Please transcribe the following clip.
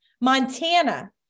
Montana